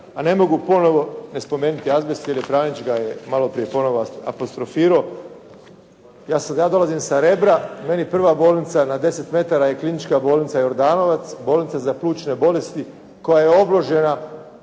a ne mogu ponovo ne spomenuti azbest jer je Franić ga je malo prije ponovo apostrofirao. Ja dolazim sa Rebra. Meni prva bolnica na deset metara je Klinička bolnica Jordanovac, bolnica za plućne bolesti koja je obložena